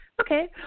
okay